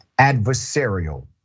adversarial